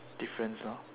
difference lor